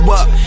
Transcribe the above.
up